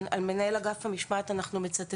אנחנו מצטטים את מנהל אגף המשמעת בדו"ח.